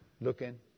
looking